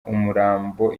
umurambo